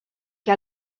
que